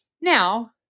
now